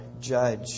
judge